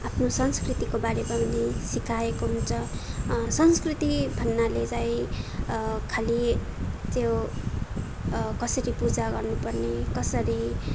आफ्नो संस्कृतिको बारेमा पनि सिकाएको हुन्छ संस्कृति भन्नाले चाहिँ खालि त्यो कसरी पूजा गर्नु पर्ने कसरी